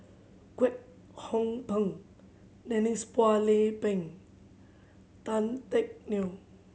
Kwek Hong Png Denise Phua Lay Peng Tan Teck Neo